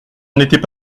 n’étaient